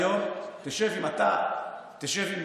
היום, אם אתה תשב עם